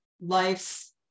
life's